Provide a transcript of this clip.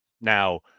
Now